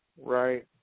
right